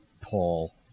Paul